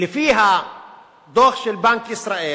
לפי הדוח של בנק ישראל,